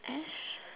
as